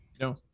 No